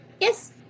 Yes